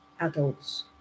adults